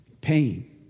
pain